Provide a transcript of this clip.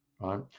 right